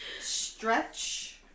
stretch